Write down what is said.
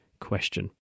question